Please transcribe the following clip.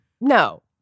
no